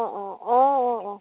অঁ অঁ অঁ অঁ অঁ